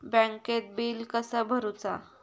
बँकेत बिल कसा भरुचा?